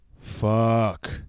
fuck